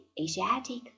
Asiatic